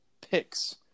Picks